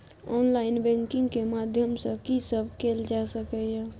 Online banking के माध्यम सं की सब कैल जा सके ये?